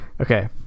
Okay